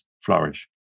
flourish